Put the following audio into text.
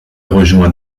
rejoint